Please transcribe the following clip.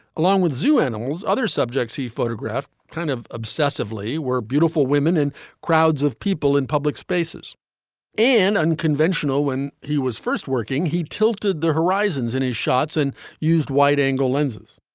along with zoo animals. other subjects he photographed kind of obsessively were beautiful women and crowds of people in public spaces in unconventional when he was first working. he tilted the horizons in his shots and used wide angle lenses.